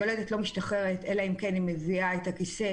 יולדת לא משתחררת אלא אם כן היא מביאה את הכיסא